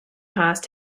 passed